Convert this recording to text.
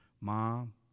mom